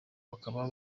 bakaba